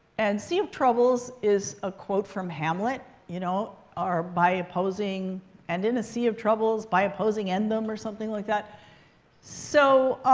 and sea of troubles is a quote from hamlet you know are by opposing and in a sea of troubles by opposing end them or something like that so